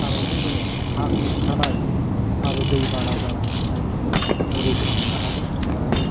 थारैनो जोङो हा खुरखानाय आरो दै बाना जानायनिफ्राय जोङो रैखा मोन्नो हागोन दा